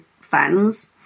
fans